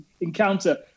encounter